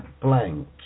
blank